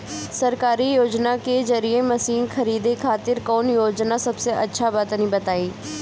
सरकारी योजना के जरिए मशीन खरीदे खातिर कौन योजना सबसे अच्छा बा तनि बताई?